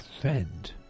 friend